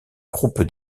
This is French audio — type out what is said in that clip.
groupe